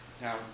Now